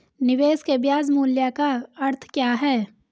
निवेश के ब्याज मूल्य का अर्थ क्या है?